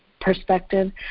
perspective